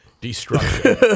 destruction